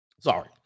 sorry